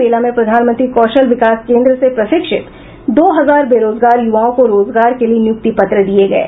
मेला में प्रधानमंत्री कौशल विकास केन्द्र से प्रशिक्षित दो हजार बेरोजगार युवाओं को रोजगार के लिए नियुक्ति पत्र दिये गये